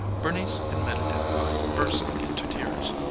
bernice admitted it by bursting into tears.